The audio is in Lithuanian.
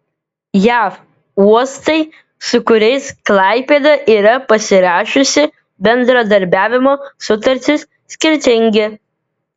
jav uostai su kuriais klaipėda yra pasirašiusi bendradarbiavimo sutartis skirtingi